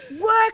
Work